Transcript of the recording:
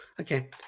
okay